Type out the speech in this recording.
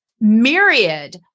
myriad